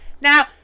now